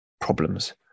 problems